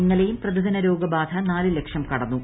ഇന്നലെയും പ്രതിദിന രോഗബാധ നാല് ലക്ഷം കടന്നു